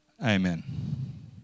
Amen